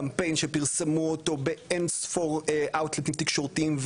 קמפיין שפרסמו אותו באין ספור אאוטלטים תקשורתיים,